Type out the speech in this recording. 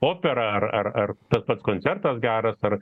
opera ar ar ar tas pats koncertas geras ar